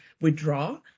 withdraw